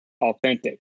Authentic